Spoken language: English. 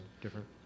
different